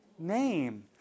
name